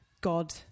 God